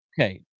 Okay